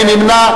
מי נמנע?